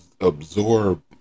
absorb